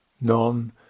non